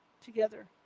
together